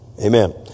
Amen